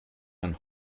man